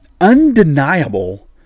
undeniable